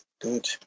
Good